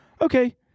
Okay